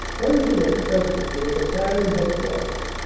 luncheon at cuesmes with a battalion headquarters,